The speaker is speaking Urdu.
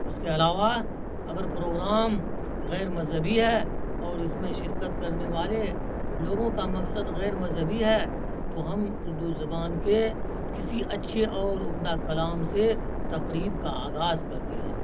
اس کے علاوہ اگر پروگرام غیر مذہبی ہے اور اس میں شرکت کرنے والے لوگوں کا مقصد غیر مذہبی ہے تو ہم اردو زبان کے کسی اچھے اور عمدہ کلام سے تقریب کا آغاز کرتے ہیں